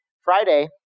Friday